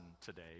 today